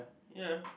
ya